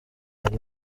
nari